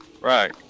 Right